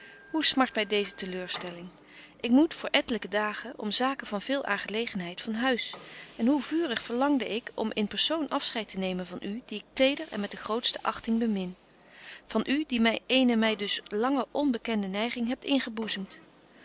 hoe smart my deeze te leurstelling ik moet voor ettelyke dagen om zaken van veel aangelegenheid van huis en hoe vurig verlangde ik om in persoon afscheid te nemen van u die ik teder en met de grootste achting bemin van u die my eene my dus lange onbekende neiging hebt ingeboezemt